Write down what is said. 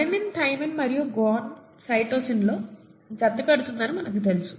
adenine thymine మరియు guanine సైటోసిన్తో జతకడుతుందని మనకు తెలుసు